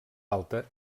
alta